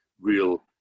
real